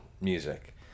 music